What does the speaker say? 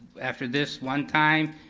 after this one time,